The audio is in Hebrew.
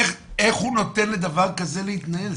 איך הוא נותן לדבר כזה להתנהל?